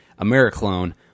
AmeriClone